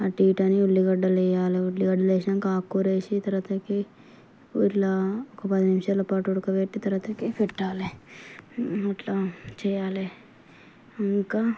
అటు ఇటు అని ఉల్లిగడ్డలు వేయాలి ఉల్లిగడ్డలు వేసినాక ఆకుకూర వేసి తరువాతకి ఇట్లా ఒక పది నిమిషాల పాటు ఉడకబెట్టి తరువాతకి పెట్టాలి అట్లా చేయాలి ఇంకా